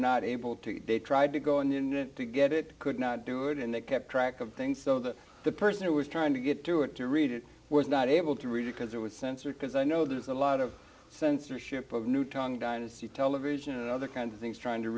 not able to they tried to go and get it could not do it and they kept track of things so that the person who was trying to get through it to read it was not able to read it because it was censored because i know there's a lot of censorship of new tang dynasty television and other kinds of things trying to